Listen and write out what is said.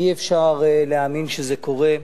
אי-אפשר להאמין שזה קורה,